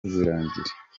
rwirangira